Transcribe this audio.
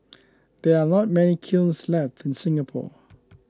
there are not many kilns left in Singapore